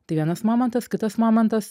tai vienas momentas kitas momentas